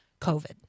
COVID